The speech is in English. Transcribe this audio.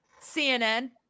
CNN